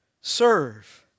serve